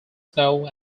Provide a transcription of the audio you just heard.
snow